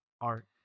art